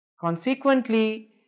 Consequently